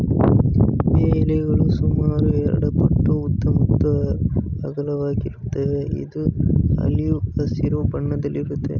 ಬೇ ಎಲೆಗಳು ಸುಮಾರು ಎರಡುಪಟ್ಟು ಉದ್ದ ಮತ್ತು ಅಗಲವಾಗಿರುತ್ವೆ ಇದು ಆಲಿವ್ ಹಸಿರು ಬಣ್ಣದಲ್ಲಿರುತ್ವೆ